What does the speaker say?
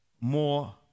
more